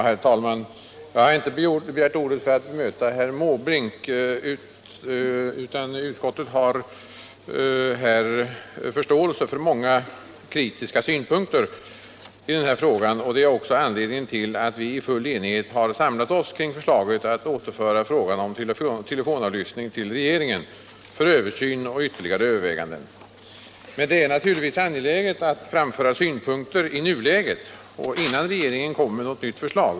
Herr talman! Jag har inte begärt ordet för att bemöta herr Måbrink. Utskottet har förståelse för många kritiska synpunkter i den här frågan, och det är också anledningen till att vi i full enighet har samlat oss kring förslaget att återföra frågan om telefonavlyssning till regeringen för översyn och ytterligare överväganden. Men det är naturligtvis angeläget att framföra synpunkter i nuläget och innan regeringen kommer med något nytt förslag.